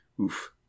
Oof